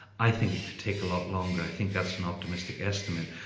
i think it could take a lot longer, i think that's an optimistic estimate.